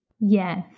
Yes